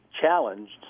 challenged